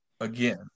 again